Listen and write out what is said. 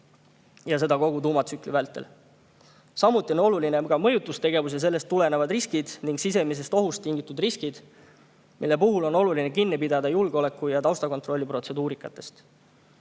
ja seda kogu tuumatsükli vältel. Samuti on oluline mõjutustegevus ja sellest tulenevad riskid ning sisemisest ohust tingitud riskid, mille puhul on oluline kinni pidada julgeoleku‑ ja taustakontrolli protseduuridest.